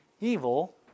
evil